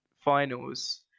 finals